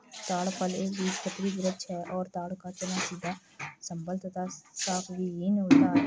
ताड़ फल एक बीजपत्री वृक्ष है और ताड़ का तना सीधा सबल तथा शाखाविहिन होता है